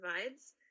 provides